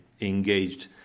engaged